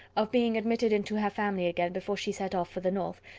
of being admitted into her family again before she set off for the north,